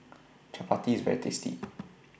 Chapati IS very tasty